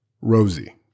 Rosie